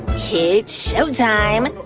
it's showtime!